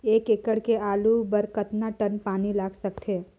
एक एकड़ के आलू बर कतका टन पानी लाग सकथे?